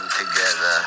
together